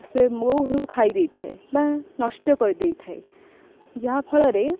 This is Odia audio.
ସେ ହଉ ଖାଇ ଦେଇଥାଏ ବା ନଷ୍ଟ କରିଦେଇଥାଏ ଯାହାଫଳରେ